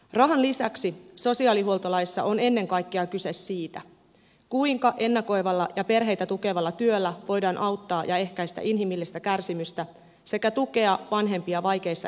rahan lisäksi sosiaalihuoltolaissa on ennen kaikkea kyse siitä kuinka ennakoivalla ja perheitä tukevalla työllä voidaan auttaa ja ehkäistä inhimillistä kärsimystä sekä tukea vanhempia vaikeissa elämäntilanteissa